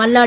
Malladi